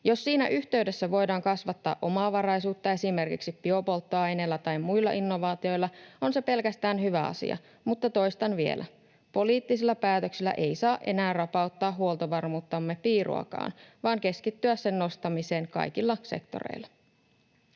Jos siinä yhteydessä voidaan kasvattaa omavaraisuutta esimerkiksi biopolttoaineilla tai muilla innovaatioilla, on se pelkästään hyvä asia. Mutta toistan vielä: poliittisilla päätöksillä ei saa enää rapauttaa huoltovarmuuttamme piiruakaan vaan keskittyä sen nostamiseen kaikilla sektoreilla.